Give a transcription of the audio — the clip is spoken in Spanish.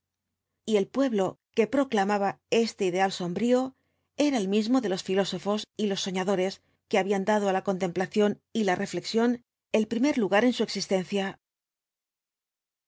y el pueblo que proclamaba este ideal sombrío era el mismo de los filósofos y los soñadores que habían dado á la contemplación y la reflexión el primer lugar en su existencia